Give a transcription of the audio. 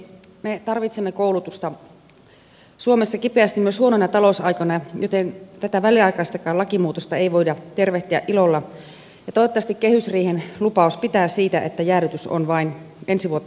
me tarvitsemme koulutusta suomessa kipeästi myös huonoina talousaikoina joten tätä väliaikaistakaan lakimuutosta ei voida tervehtiä ilolla ja toivottavasti kehysriihen lupaus siitä että jäädytys on vain ensi vuotta koskeva pitää